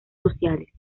sociales